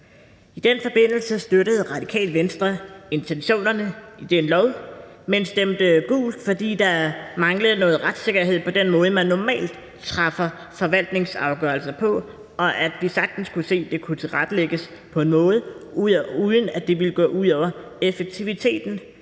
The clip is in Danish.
og frihedsrettigheder. Radikale Venstre støtter intentionerne i den lov, men stemte gult til lovforslaget, fordi der manglede noget retssikkerhed med hensyn til den måde, man normalt træffer forvaltningsafgørelser på, og vi sagtens kunne se, at det kunne tilrettelægges på en måde, hvor det ikke ville gå ud over effektiviteten,